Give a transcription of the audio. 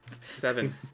Seven